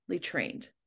trained